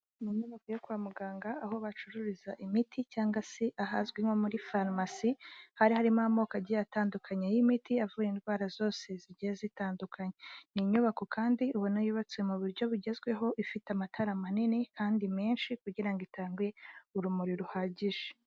Mu nyubako yo kwa muganga, aho bacururiza imiti cyangwa se ahazwi nko muri farumasi, hari harimo amoko agiye atandukanye y'imiti, avura indwara zose zigiye zitandukanye. Ni inyubako kandi ubona yubatse mu buryo bugezweho, ifite amatara manini, kandi menshi kugira ngo itange urumuri ruhagije.